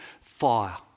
fire